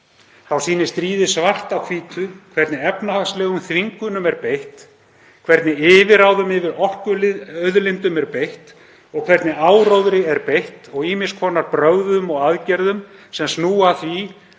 Þá sýnir stríðið svart á hvítu hvernig efnahagslegum þvingunum er beitt, hvernig yfirráðum yfir orkuauðlindum er beitt, hvernig áróðri er beitt og ýmiss konar brögðum og aðgerðum sem snúa að